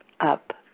up